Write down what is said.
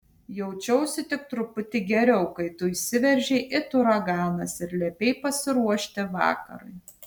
jaučiausi tik truputį geriau kai tu įsiveržei it uraganas ir liepei pasiruošti vakarui